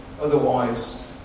otherwise